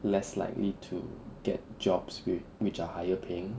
less likely to get jobs with which are higher paying